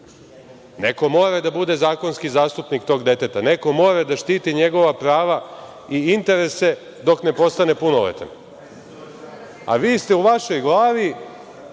Neko mora da bude zakonski zastupnik tog deteta. Neko mora da štiti njegova prava i interese dok ne postane punoletan, a vi ste u vašoj glavi